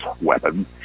weapon